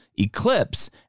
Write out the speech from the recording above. Eclipse